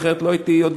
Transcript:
אחרת לא הייתי יודע.